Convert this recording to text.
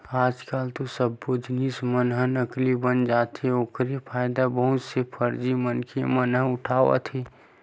आज कल तो सब्बे जिनिस मन ह नकली बन जाथे ओखरे फायदा बहुत से फरजी मनखे मन ह उठावत हे